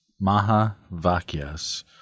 Mahavakyas